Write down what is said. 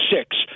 six